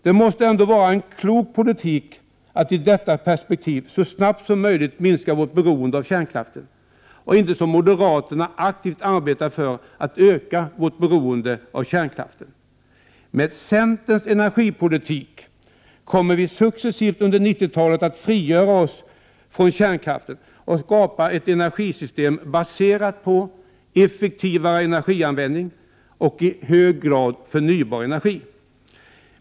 Det måste ändå ändå vara en klok politik att i detta perspektiv så snabbt som möjligt minska vårt beroende av kärnkraften och att inte, som moderaterna gör, aktivt arbeta för ett ökat svenskt beroende av kärnkraften. Med centerns energipolitik kommer vi successivt under 90-talet Prot. 1988/89:119 att frigöra oss från kärnkraften och skapa ett energisystem baserat på en 23 maj 1989 effektivare energianvändning och en i hög grad förnybar energi.